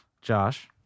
Josh